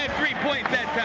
three points